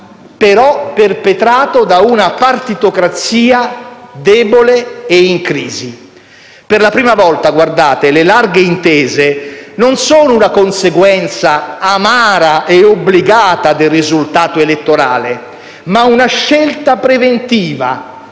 Per la prima volta, colleghi, le larghe intese sono non una conseguenza - amara e obbligata - del risultato elettorale, ma una scelta preventiva,